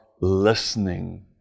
listening